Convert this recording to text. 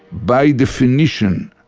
by definition,